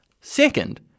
second